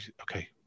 okay